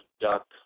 duck